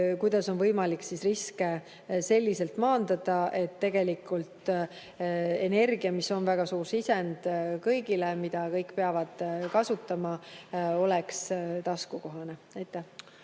kuidas on võimalik maandada riske selliselt, et tegelikult energia, mis on väga suur sisend kõigile ja mida kõik peavad kasutama, oleks taskukohane. Aitäh!